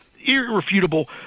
irrefutable